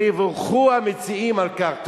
ויבורכו המציעים על כך.